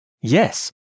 Yes